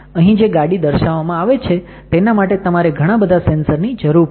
અહી જે ગાડી દર્શાવવામાં આવે છે તેના માટે તમારે ઘણા બધા સેન્સર્સ ની જરૂર પડશે